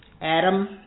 Adam